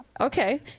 Okay